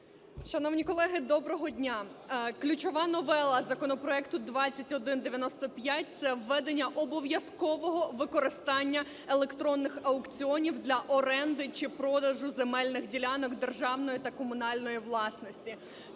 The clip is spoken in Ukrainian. Шановні колеги, доброго дня. Ключова новела законопроекту 2195 – це введення обов'язково використання електронних аукціонів для оренди чи продажу земельних ділянок державної та комунальної власності.